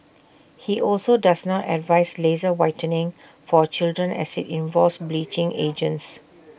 he also does not advise laser whitening for children as IT involves bleaching agents